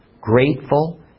grateful